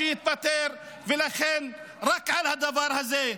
או שיתפטר, ולכן, רק על הדבר הזה,